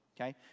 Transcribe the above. Okay